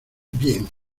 bien